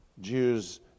Jews